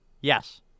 Yes